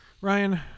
Ryan